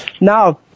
Now